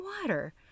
water